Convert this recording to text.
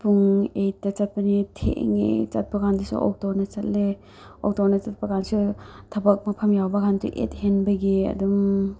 ꯄꯨꯡ ꯑꯦꯠꯇ ꯆꯠꯄꯅꯦ ꯊꯦꯡꯉꯦ ꯆꯠꯄ ꯀꯥꯟꯗꯁꯨ ꯑꯣꯇꯣꯅ ꯆꯠꯂꯦ ꯑꯣꯇꯣꯅ ꯆꯠꯄ ꯀꯥꯟꯗꯁꯨ ꯊꯕꯛ ꯃꯐꯝ ꯌꯧꯕ ꯀꯥꯟꯗꯁꯨ ꯑꯦꯠ ꯍꯦꯟꯕꯒꯤ ꯑꯗꯨꯝ